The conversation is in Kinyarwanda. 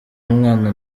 umwana